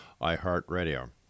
iHeartRadio